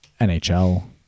NHL